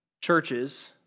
churches